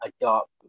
adopt